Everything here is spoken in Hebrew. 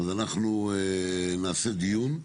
אז אנחנו נעשה דיון אחד.